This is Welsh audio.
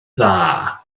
dda